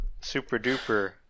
super-duper